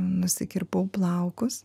nusikirpau plaukus